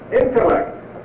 intellect